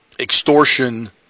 extortion